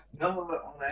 No